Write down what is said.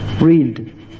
Read